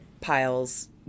piles